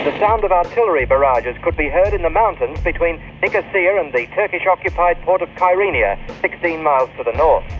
the sound of artillery barrages could be heard in the mountains between nicosia and um the turkish occupied port of kyrenia, sixteen miles to the north.